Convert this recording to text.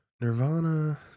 Nirvana